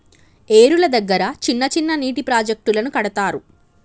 ఏరుల దగ్గర చిన్న చిన్న నీటి ప్రాజెక్టులను కడతారు